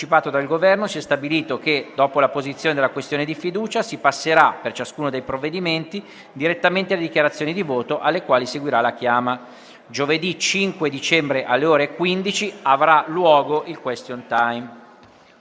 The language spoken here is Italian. anticipato dal Governo, si è stabilito che, dopo la posizione della questione di fiducia, si passerà per ciascuno dei provvedimenti direttamente alle dichiarazioni di voto, alle quali seguirà la chiama. Giovedì 5 dicembre, alle ore 15, avrà luogo il *question time*.